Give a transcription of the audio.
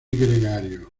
gregario